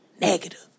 negative